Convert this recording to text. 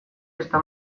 ezta